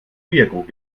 bierkrug